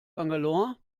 bangalore